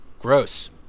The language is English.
Gross